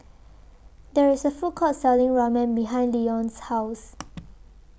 There IS A Food Court Selling Ramen behind Leon's House